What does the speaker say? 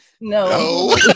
No